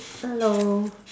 hello